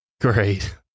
Great